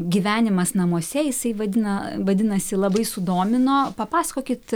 gyvenimas namuose jisai vadina vadinasi labai sudomino papasakokit